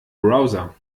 browser